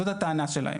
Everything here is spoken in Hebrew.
זאת הטענה שלהם.